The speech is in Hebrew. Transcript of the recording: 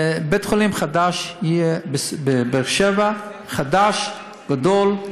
בית-חולים חדש יהיה בבאר-שבע, חדש, גדול,